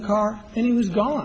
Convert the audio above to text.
the car and it was gone